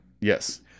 Yes